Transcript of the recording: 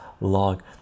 log